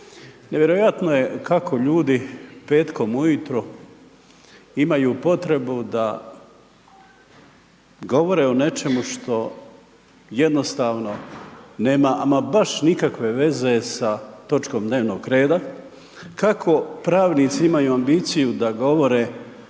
Nevjerojatno je kako ljudi petkom ujutro imaju potrebu da govore o nečemu što jednostavno nema ama baš nikakve veze sa točkom dnevnog reda, kako pravnici imaju ambiciju da govore